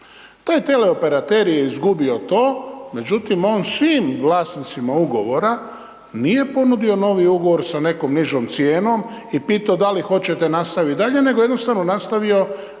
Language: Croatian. Taj teleoperater je izgubio to, međutim, on svim vlasnicima ugovora nije ponudio novi ugovor sa nekom nižom cijenom i pitao da li hoćete nastaviti dalje, nego jednostavno nastavio